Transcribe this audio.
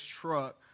truck